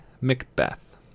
Macbeth